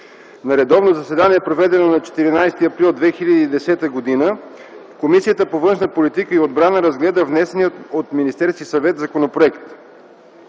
„На редовно заседание, проведено на 14 април 2010 г., Комисията по външна политика и отбрана разгледа внесения от Министерския съвет законопроект.